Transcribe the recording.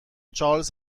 چارلز